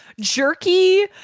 jerky